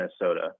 Minnesota